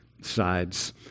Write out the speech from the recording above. sides